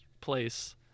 place